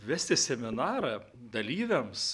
vesti seminarą dalyviams